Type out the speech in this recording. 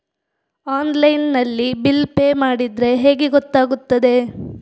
Online ನಲ್ಲಿ bill pay ಮಾಡಿದ್ರೆ ಹೇಗೆ ಗೊತ್ತಾಗುತ್ತದೆ?